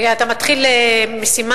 אתה מתחיל משימה,